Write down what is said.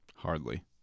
Hardly